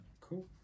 Cool